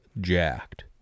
jacked